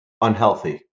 unhealthy